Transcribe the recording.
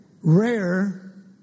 rare